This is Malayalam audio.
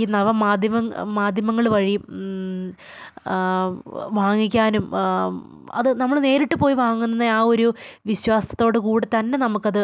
ഈ നവമാധ്യമം മാധ്യമങ്ങൾ വഴി വാങ്ങിക്കാനും അതു നമ്മൾ നേരിട്ടുപോയി വാങ്ങുന്ന ആ ഒരു വിശ്വാസത്തോടുകൂടിത്തന്നെ നമുക്കത്